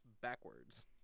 backwards